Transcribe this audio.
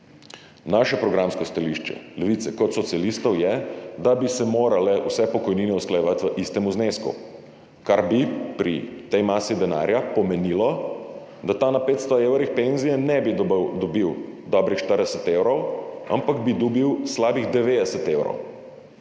Naše programsko stališče, Levice kot socialistov, je, da bi se morale vse pokojnine usklajevati v istem znesku, kar bi pri tej masi denarja pomenilo, da ta na 500 evrih penzije ne bi dobil dobrih 40 evrov, ampak bi dobil slabih 90 evrov.